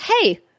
hey